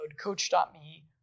Coach.me